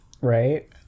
right